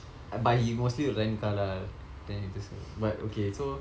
but he mostly will rent car lah then he just but okay so